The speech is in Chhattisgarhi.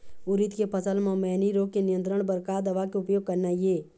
उरीद के फसल म मैनी रोग के नियंत्रण बर का दवा के उपयोग करना ये?